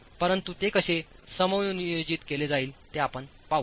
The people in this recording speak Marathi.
परंतुतेकसेसमायोजित केले जाईल तेआपण पाहू